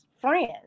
friends